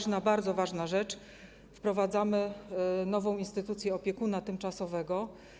I bardzo ważna rzecz: wprowadzamy nową instytucję opiekuna tymczasowego.